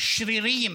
שרירים